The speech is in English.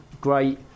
great